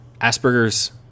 Asperger's